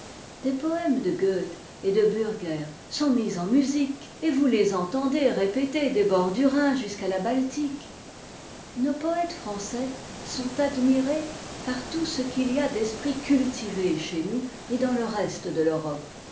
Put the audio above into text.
des poëmes de goethe et de bürger sont mis en musique et vous les entendez répéter des bords du rhin jusqu'à la baltique nos poëtes français sont admirés par tout ce qu'il y a d'esprits cultivés chez nous et dans le reste de l'europe